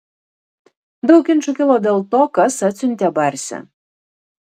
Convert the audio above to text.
daug ginčų kilo dėl to kas atsiuntė barsį